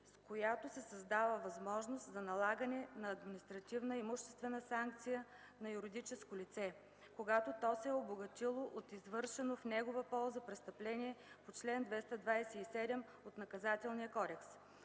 с която се създава възможност за налагане на административна имуществена санкция на юридическо лице, когато то се е обогатило от извършено в негова полза престъпление по чл. 227 от Наказателния кодекс.